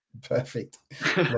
Perfect